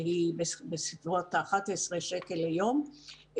שהיא בסביבות 11 שקל ליום,